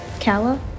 Kala